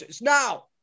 Now